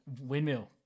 windmill